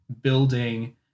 building